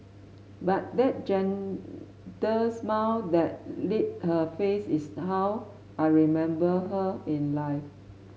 but that gentle smile that lit her face is how I remember her in life